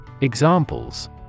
Examples